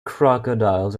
crocodiles